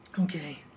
Okay